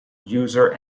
user